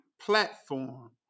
platform